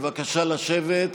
בבקשה לשבת.